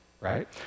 right